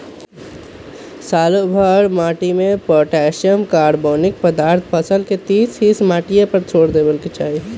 सालोभर माटिमें पोटासियम, कार्बोनिक पदार्थ फसल के तीस हिस माटिए पर छोर देबेके चाही